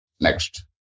Next